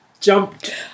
jumped